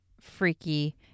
freaky